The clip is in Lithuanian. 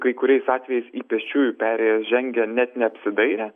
kai kuriais atvejais į pėsčiųjų perėją žengia net neapsidairę